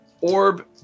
orb